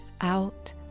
out